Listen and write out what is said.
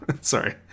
Sorry